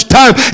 time